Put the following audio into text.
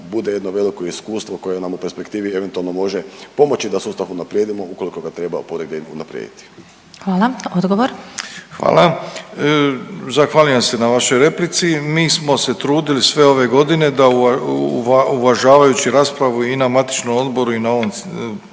bude jedno veliko iskustvo koje nam u perspektivi eventualno može pomoći da sustav unaprijedimo ukoliko ga treba ponegdje i unaprijediti. **Glasovac, Sabina (SDP)** Hvala. Odgovor. **Milatić, Ivo** Hvala. Zahvaljujem se na vašoj replici. Mi smo se trudili sve ove godine da uvažavajući raspravu i na matičnom odboru i na ovom